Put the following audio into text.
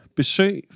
besøg